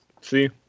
see